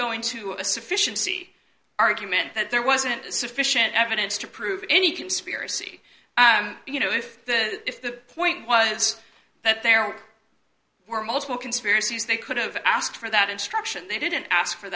going to a sufficient argument that there wasn't sufficient evidence to prove any conspiracy you know if the if the point was that there were multiple conspiracies they could have asked for that instruction they didn't ask for